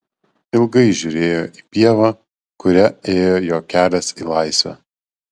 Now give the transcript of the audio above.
ilgai žiūrėjo į pievą kuria ėjo jo kelias į laisvę